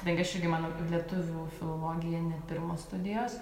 kadangi aš irgi mano kad lietuvių filologija ne pirmos studijos